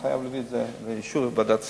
אני חייב להביא את זה לאישור ועדת הכספים,